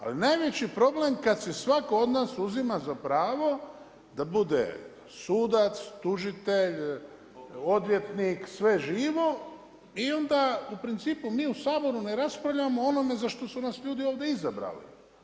Ali najveći problem kada si svako od nas uzima za pravo da bude sudac, tužitelj, odvjetnik sve živo i onda u principu mi u Saboru ne raspravljamo o onome za što su nas ljudi ovdje izabrali.